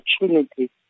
opportunity